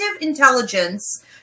intelligence